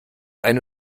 eine